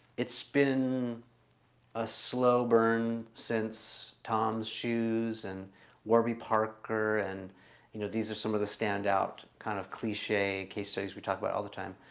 it's been a slow burn so toms shoes and warby parker and you know these are some of the standout kind of cliche case studies. we talk about all the time